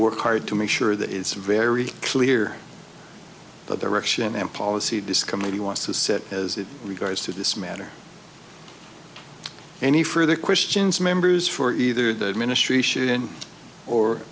work hard to make sure that it's very clear that the rection and policy discriminate he wants to set as regards to this matter any further questions members for either the administration